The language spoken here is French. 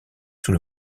sous